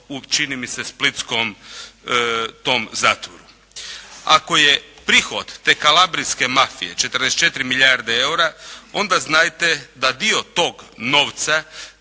u čini mi se splitskom zatvoru. Ako je prihod te kalabrijske mafije 44 milijarde eura, onda znajte da dio tog novca